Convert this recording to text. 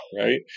right